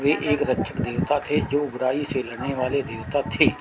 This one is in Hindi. वे एक रक्षक देवता थे जो बुराई से लड़ने वाले देवता थे